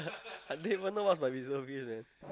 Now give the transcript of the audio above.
I didn't even know what's my reservist man